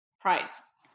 price